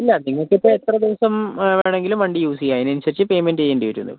ഇല്ല നിങ്ങൾക്ക് ഇപ്പം എത്ര ദിവസം വേണമെങ്കിലും വണ്ടി യൂസ് ചെയ്യാം അതിനനുസരിച്ച് പെയ്മെന്റ് ചെയ്യേണ്ടി വരും എന്നേ